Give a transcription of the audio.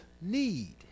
need